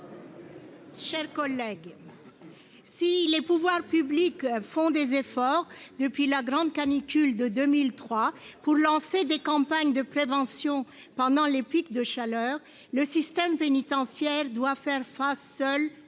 chers collègues, si les pouvoirs publics font des efforts, depuis la grande canicule de 2003, afin de lancer des campagnes de prévention pendant les pics de chaleur, le système pénitentiaire doit, seul, faire face à